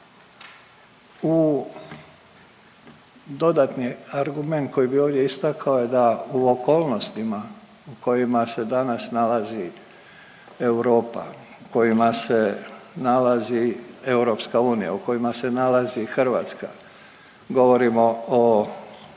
U dodatni argument koji bi ovdje istakao je da u okolnostima u kojima se danas nalazi Europa, u kojima se nalazi EU, u kojima se nazali Hrvatska, govorimo o